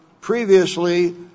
previously